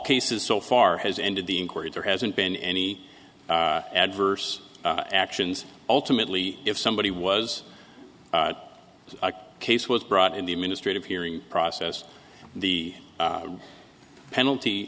cases so far has ended the inquiry there hasn't been any adverse actions ultimately if somebody was a case was brought in the administrative hearing process the penalty